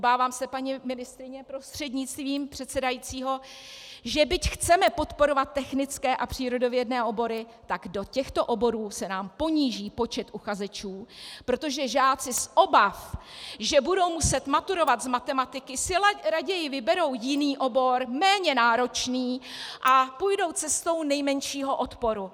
Obávám se, paní ministryně prostřednictvím předsedajícího, že byť chceme podporovat technické a přírodovědné obory, tak do těchto oborů se nám poníží počet uchazečů, protože žáci z obav, že budou muset maturovat z matematiky, si raději vyberou jiný obor, méně náročný a půjdou cestou nejmenšího odporu.